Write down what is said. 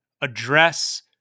address